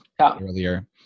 earlier